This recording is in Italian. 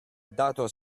dato